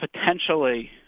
potentially